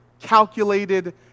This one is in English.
calculated